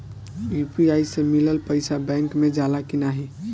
UPI से मिलल पईसा बैंक मे जाला की नाहीं?